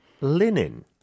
linen